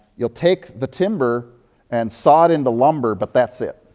you'll take the timber and saw it into lumber, but that's it.